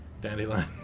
Dandelion